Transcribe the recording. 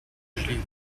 usually